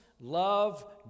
love